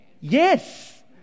Yes